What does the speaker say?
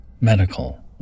medical